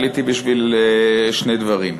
עליתי בשביל שני דברים.